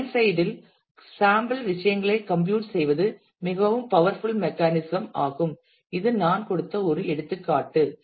client சைடில் sample விஷயங்களை compute செய்வது மிகவும் பவர்ஃபுல் மெக்கானிசம் ஆகும் இது நான் கொடுத்த ஒரு எடுத்துக்காட்டு